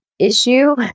issue